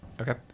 Okay